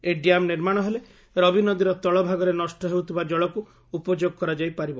ଏହି ଡ୍ୟାମ୍ ନିର୍ମାଣ ହେଲେ ରବି ନଦୀର ତଳ ଭାଗରେ ନଷ୍ଟ ହେଉଥିବା ଜଳକୁ ଉପଯୋଗ କରାଯାଇ ପାରିବ